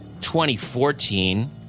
2014